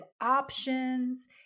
options